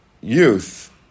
youth